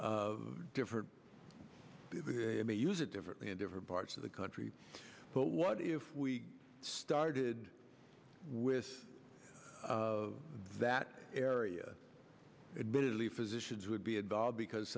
about different i may use it differently in different parts of the country but what if we started with of that area admittedly physicians would be involved because